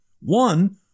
One